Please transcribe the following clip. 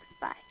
bye